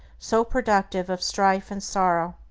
so productive of strife and sorrow,